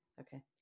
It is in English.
Okay